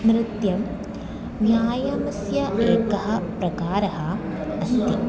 नृत्यं व्यायमस्य एकः प्रकारः अस्ति